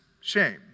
shame